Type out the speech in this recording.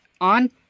on